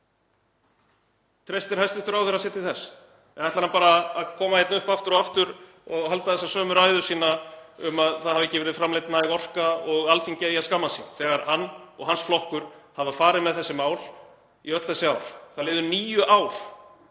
hæstv. ráðherra sér til þess eða ætlar hann bara að koma hérna upp aftur og aftur og halda þessa sömu ræðu sína um að ekki hafi verið framleidd næg orka og Alþingi eigi að skammast sín þegar hann og hans flokkur hafa farið með þessi mál í öll þessi ár? Það liðu níu ár